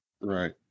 right